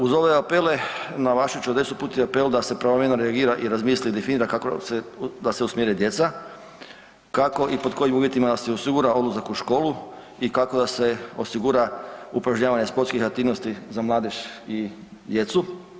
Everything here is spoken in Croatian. Uz ove apele, na vaš ću adresu uputiti apel da se pravovremeno reagira i razmisli i definira kako da se usmjere djeca, kako i pod kojim uvjetima da se osigura odlazak u školu i kako da se osigura upražnjavanje sportskih aktivnosti za mladež i djecu.